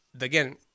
Again